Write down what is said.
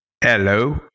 Hello